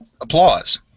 applause